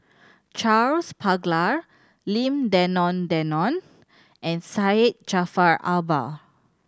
Charles Paglar Lim Denan Denon and Syed Jaafar Albar